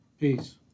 peace